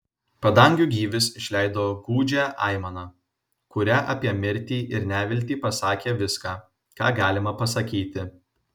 padangių gyvis išleido gūdžią aimaną kuria apie mirtį ir neviltį pasakė viską ką galima pasakyti